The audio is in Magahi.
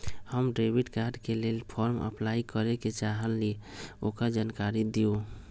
हम डेबिट कार्ड के लेल फॉर्म अपलाई करे के चाहीं ल ओकर जानकारी दीउ?